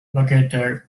located